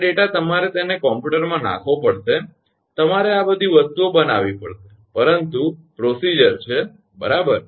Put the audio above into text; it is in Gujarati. આ ડેટા તમારે તેને કમ્પ્યુટરમાં નાખવો પડશે તમારે આ બધી વસ્તુઓ બનાવવી પડશે પરંતુ પ્રક્રિયારીત છે બરાબર